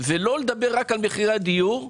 ולא לדבר רק על מחירי הדיור.